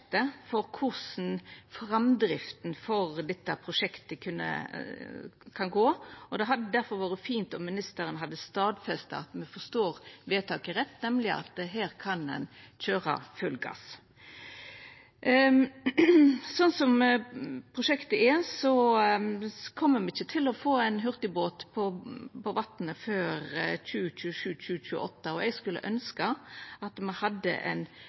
Det hadde difor vore fint om ministeren hadde stadfesta at me forstår vedtaket rett, nemleg at her kan ein køyra full gass. Slik prosjektet er, kjem me ikkje til å få ein hurtigbåt på vatnet før 2027–2028, og eg skulle ønskt at me hadde